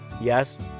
yes